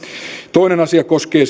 toinen asia koskee